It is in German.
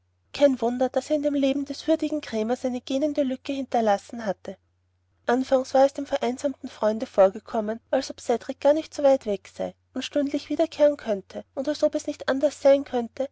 kein wunder daß er in dem leben des würdigen krämers eine gähnende lücke hinterlassen hatte anfangs war es dem vereinsamten freunde vorgekommen als ob cedrik gar nicht so weit weg sei und stündlich wiederkehren könnte als ob es nicht anders sein könnte